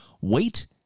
wait